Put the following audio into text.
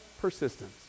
persistence